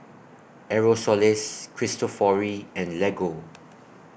Aerosoles Cristofori and Lego